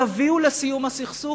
תביא לסיום הסכסוך.